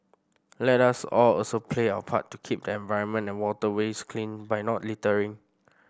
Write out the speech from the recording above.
let us all also play our part to keep the environment and waterways clean by not littering